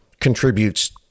contributes